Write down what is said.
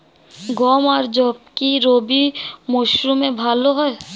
গম আর যব কি রবি মরশুমে ভালো হয়?